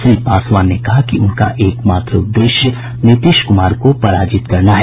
श्री पासवान ने कहा कि उनका एक मात्र उद्देश्य नीतीश कुमार को पराजित करना है